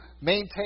maintain